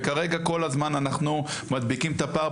כרגע כל הזמן אנחנו מדביקים את הפער,